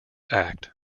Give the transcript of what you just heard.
act